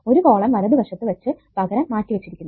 ഒരു കോളം വലതു വശം വെച്ച് പകരം മാറ്റി വെച്ചിരിക്കുന്നു